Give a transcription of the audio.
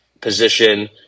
position